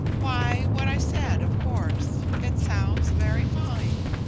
why, what i said, of course it sounds very fine.